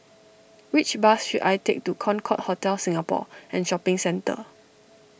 which bus should I take to Concorde Hotel Singapore and Shopping Centre